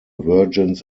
virgins